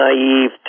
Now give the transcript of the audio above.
naive